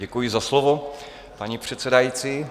Děkuji za slovo, paní předsedající.